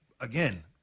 again